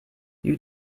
you